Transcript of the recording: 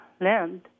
land